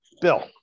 Bill